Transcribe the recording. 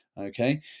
Okay